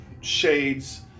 shades